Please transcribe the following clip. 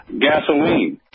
gasoline